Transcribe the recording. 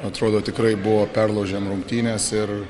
atrodo tikrai buvo perlaužėm rungtynes ir